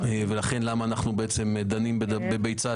בכולכם ושולחים אתכם לדבר ולהמריד ולהסית את הציבור בקמפיין